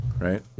right